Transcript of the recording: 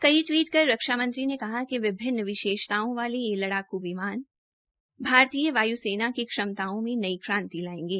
कई टवीट में रक्षा मंत्री ने कहा कि विभिन्न विशेषताओं वाले यह लड़ाकू विमान भारतीय वायु सेना की क्षमता में नई क्रांति लायेंगे